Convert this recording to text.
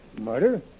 Murder